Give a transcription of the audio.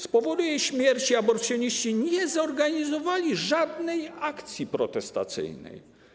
Z powodu jej śmierci aborcjoniści nie zorganizowali żadnej akcji protestacyjnej.